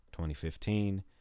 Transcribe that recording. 2015